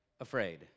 afraid